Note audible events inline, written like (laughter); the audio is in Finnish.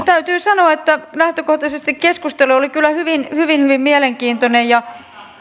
(unintelligible) täytyy sanoa että lähtökohtaisesti keskustelu oli kyllä hyvin hyvin mielenkiintoinen